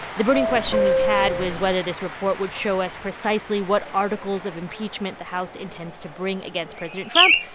the burning question we had was whether this report would show us precisely what articles of impeachment the house intends to bring against president trump.